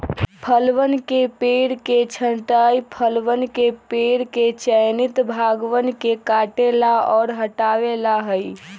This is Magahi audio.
फलवन के पेड़ के छंटाई फलवन के पेड़ के चयनित भागवन के काटे ला और हटावे ला हई